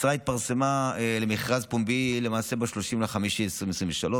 המשרה התפרסמה למעשה למכרז פומבי ב-30 במאי 2023,